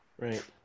right